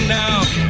now